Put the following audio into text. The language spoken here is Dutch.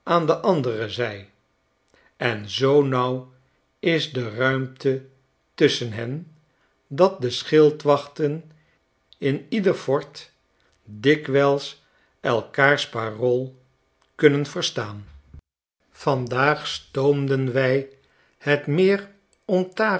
aan de andere zij en zoo nauw is de ruimte tusschen hen schetsen uit amerika dat de schildwachten in ieder fort dikwijls elkaars parool kunnen verstaan vandaagstoomden wlj het meer